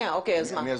אני אסביר.